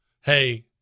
hey